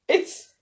It's-